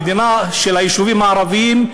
המדינה של היישובים הערביים,